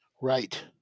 Right